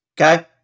okay